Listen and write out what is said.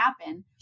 happen